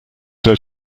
del